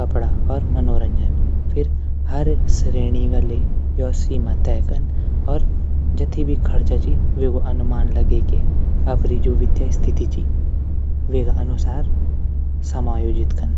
कपडा और मनोरंजन फिर हर श्रेणी व्यवस्था तैय कन। जितका भी खर्चा छिन वेकू अनुमान लगैकी अपडी जू भी वित्तीय स्थिति च वेक अनुसार समायोजित कन।